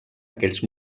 aquells